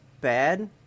bad